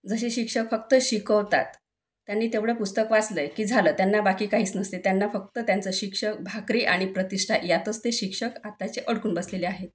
जसे शिक्षक फक्त शिकवतात त्यांनी तेवढं पुस्तक वाचलं आहे की झालं त्यांना बाकी काहीच नसते त्यांना फक्त त्यांचं शिक्ष भाकरी आणि प्रतिष्ठा यातच ते शिक्षक आत्ताचे अडकून बसलेले आहे